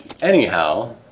Anyhow